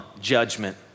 judgment